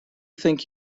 think